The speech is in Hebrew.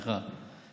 סליחה,